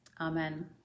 Amen